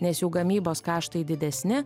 nes jų gamybos kaštai didesni